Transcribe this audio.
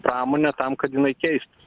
pramonę tam kad jinai keistųsi